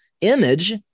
image